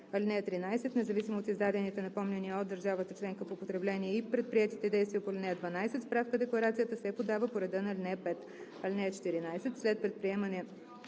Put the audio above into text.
(13) Независимо от издадените напомняния от държавата членка по потребление и предприетите действия по ал. 12 справка-декларацията се подава по реда на ал. 5. (14) След предприемане